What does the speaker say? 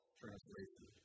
translation